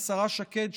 לשרה שקד,